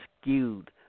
skewed